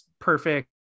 perfect